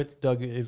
Doug